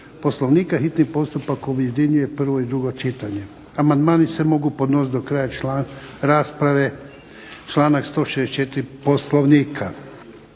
Poslovnika hitni postupak objedinjuje prvo i drugo čitanje. Amandmani se mogu podnositi do kraja rasprave, članak 164. Poslovnika.